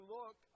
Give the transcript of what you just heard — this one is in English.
look